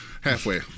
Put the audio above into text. halfway